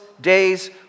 days